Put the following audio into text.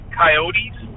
coyotes